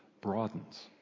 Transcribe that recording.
broadens